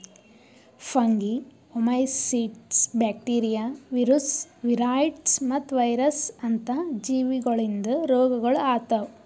fungi, oomycetes, bacteria, virus, viroids ಮತ್ತ virus ಅಂತ ಜೀವಿಗೊಳಿಂದ್ ರೋಗಗೊಳ್ ಆತವ್